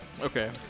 Okay